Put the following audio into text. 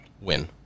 Win